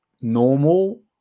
normal